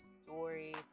stories